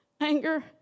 anger